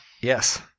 yes